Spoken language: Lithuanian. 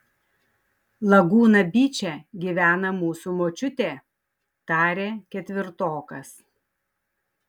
lagūna byče gyvena mūsų močiutė tarė ketvirtokas